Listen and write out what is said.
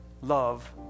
love